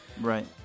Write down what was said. right